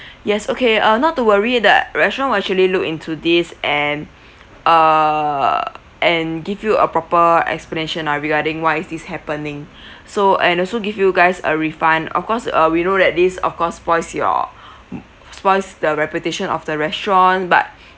yes okay uh not to worry the restaurant will actually look into this and err and give you a proper explanation ah regarding why is this happening so and also give you guys a refund of course uh we know that this of course spoils your m~ spoils the reputation of the restaurant but